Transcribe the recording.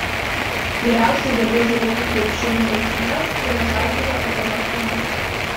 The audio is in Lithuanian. geriausia vieta žiūrėti krepšinio rungtynes yra žalgirio arena kaune